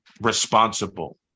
responsible